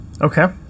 Okay